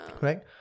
Right